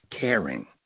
caring